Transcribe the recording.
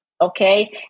Okay